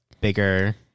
bigger